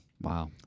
Wow